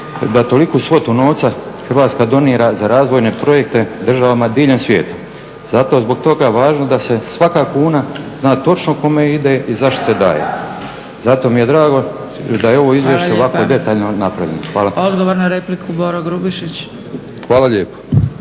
da toliku svotu novca Hrvatska donira za razvojne projekte državama diljem svijeta. Zato je zbog toga važno da se svaka kuna zna točno kome ide i zašto se daje. Zato mi je drago da je ovo izvješće ovako detaljno napravljeno. Hvala.